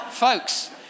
Folks